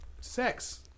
Sex